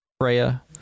Freya